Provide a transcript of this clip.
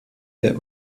der